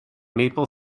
maple